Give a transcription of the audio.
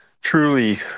truly